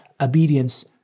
Obedience